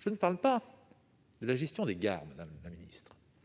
Je ne parle pas de la gestion des gares ; je vous